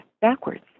backwards